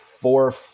four